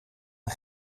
een